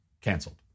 canceled